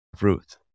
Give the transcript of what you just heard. Ruth